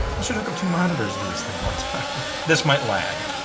i should hook up two monitors to this thing one time. this might lag.